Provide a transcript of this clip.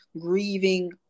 grieving